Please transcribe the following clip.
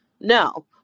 no